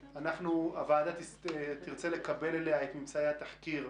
הוועדה תרצה לקבל אליה את ממצאי התחקיר,